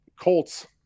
Colts